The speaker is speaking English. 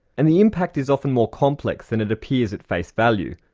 and the impact is often more complex than it appears at face value.